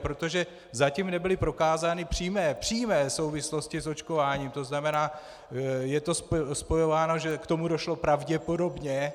Protože zatím nebyly prokázány přímé přímé souvislosti s očkováním, to znamená, je to spojováno, že k tomu došlo pravděpodobně.